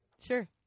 sure